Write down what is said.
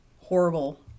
horrible